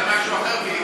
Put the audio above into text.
זה משהו אחר,